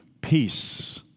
Peace